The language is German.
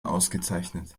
ausgezeichnet